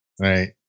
Right